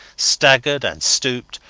staggered and stooped,